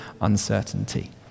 uncertainty